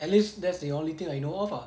at least that's the only thing I know of ah